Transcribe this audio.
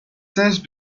since